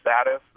status